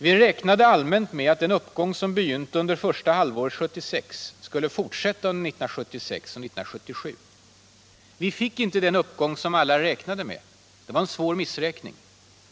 Vi räknade allmänt med att den uppgång som begynte under första halvåret 1976 skulle fortsätta under 1976 och 1977. Vi fick inte den uppgång som alla räknade med. Det var en svår missräkning.